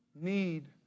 need